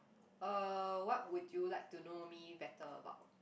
uh what would you like to know me better about